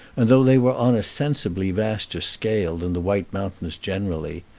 and though they were on a sensibly vaster scale than the white mountains generally,